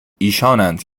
ایشانند